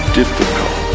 difficult